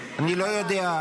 אני לא יודע.